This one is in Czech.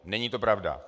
Není to pravda.